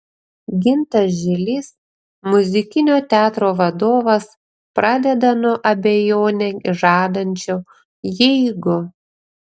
gintas žilys muzikinio teatro vadovas pradeda nuo abejonę žadančio jeigu